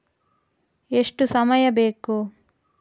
ಎಷ್ಟು ಸಮಯ ಬೇಕು?